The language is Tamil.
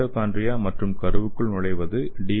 மைட்டோகாண்ட்ரியா மற்றும் கருவுக்குள் நுழைவது டி